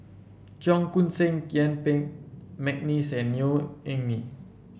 Cheong Koon Seng Yuen Peng McNeice and Neo Anngee